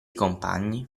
compagni